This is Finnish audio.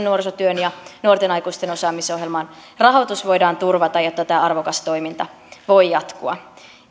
nuorisotyön ja nuorten aikuisten osaamisohjelman rahoitus voidaan turvata jotta tämä arvokas toiminta voi jatkua